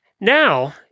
Now